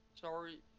Sorry